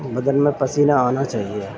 بدن میں پسینہ آنا چاہیے